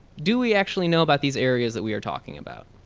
do we actually know about these areas that we are talking about?